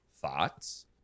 thoughts